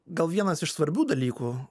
gal vienas iš svarbių dalykų